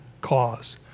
cause